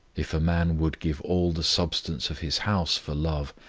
if a man would give all the substance of his house for love,